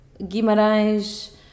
Guimarães